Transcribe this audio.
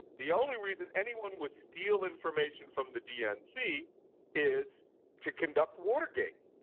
the only reason anyone would steal information from the dnc is to conduct watergate,